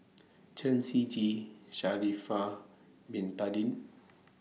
Chen Shiji Sha'Ari Far Bin Tadin